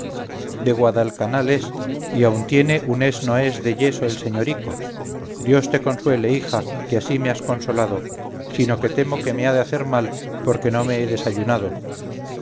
de guadalcanal es y aun tiene un es no es de yeso el señorico dios te consuele hija que así me has consolado sino que temo que me ha de hacer mal porque no me he desayunado